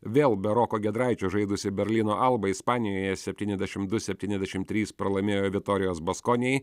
vėl be roko giedraičio žaidusi berlyno alba ispanijoje septyniasdešimt du septyniasdešimt trys pralaimėjo viktorijos baskonijai